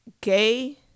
gay